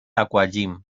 aquagym